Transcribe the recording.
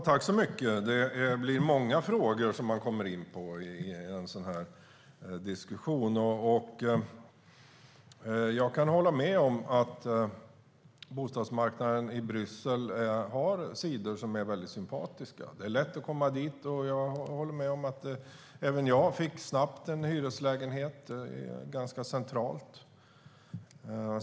Fru talman! Det är många frågor man kommer in på i en sådan här diskussion. Jag kan hålla med om att bostadsmarknaden i Bryssel har sidor som är sympatiska. Det är lätt att komma dit, och även jag fick snabbt en hyreslägenhet ganska centralt.